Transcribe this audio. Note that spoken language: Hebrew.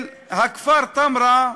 של הכפר תמרה,